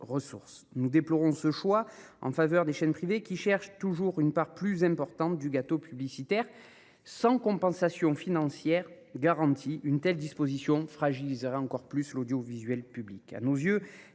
Nous déplorons ce choix réalisé en faveur des chaînes privées, qui cherchent toujours à obtenir une plus grosse part du gâteau publicitaire. Sans compensation financière garantie, une telle disposition fragiliserait encore davantage l'audiovisuel public. À nos yeux,